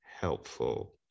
helpful